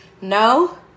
no